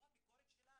הביקורת שלנו,